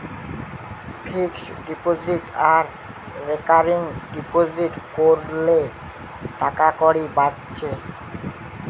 fixed deposit আর recurring deposit কোরলে টাকাকড়ি বাঁচছে